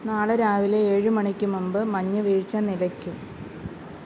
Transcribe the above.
നാളെ രാവിലെ ഏഴ് മണിക്ക് മുമ്പ് മഞ്ഞ് വീഴ്ച്ച നിലയ്ക്കും